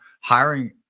hiring